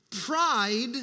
Pride